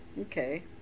Okay